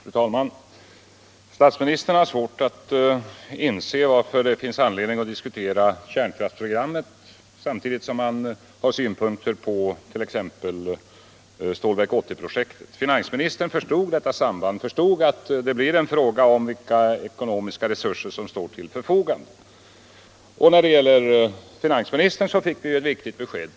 Fru talman! Statsministern har svårt att inse varför det finns anledning att diskutera kärnkraftsprogrammet samtidigt som man har synpunkter på t.ex. Stålverk 80-projektet. Finansministern däremot insåg detta sam band och förstod att det är en fråga om vilka ekonomiska resurser som står till förfogande. Av finansministern fick vi ett viktigt besked.